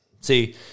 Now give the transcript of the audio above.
See